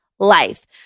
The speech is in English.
Life